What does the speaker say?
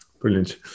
Brilliant